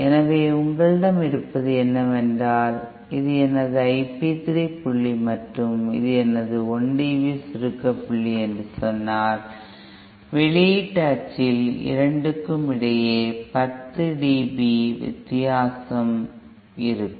எனவே உங்களிடம் இருப்பது என்னவென்றால் இது எனது I p 3 புள்ளி மற்றும் இது எனது 1 dB சுருக்க புள்ளி என்று சொன்னால் வெளியீட்டு அச்சில் இரண்டிற்கும் இடையே 10 dB வித்தியாசம் இருக்கும்